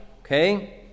okay